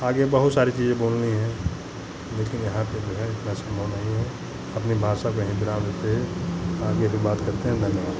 आगे बहुत सारी चीज़ें बोलनी हैं लेकिन यहाँ पे जो है इतना सम्भव नहीं है अपने भाषा को यहीं विराम देते हुए आगे फिर बात करते हैं धन्यवाद